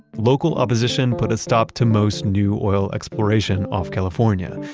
local opposition put a stop to most new oil exploration off california,